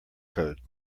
code